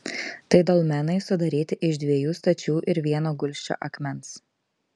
tai dolmenai sudaryti iš dviejų stačių ir vieno gulsčio akmens